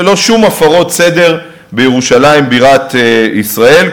ולא שום הפרות סדר בירושלים בירת ישראל,